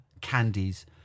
candies